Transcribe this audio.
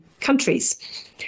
countries